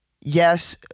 Yes